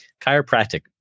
chiropractic